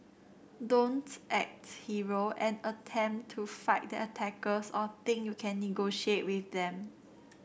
don't acts hero and attempt to fight the attackers or think you can negotiate with them